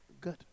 Good